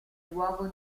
luogo